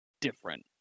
different